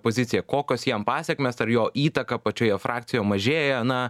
poziciją kokios jam pasekmės ar jo įtaka pačioje frakcijoje mažėja na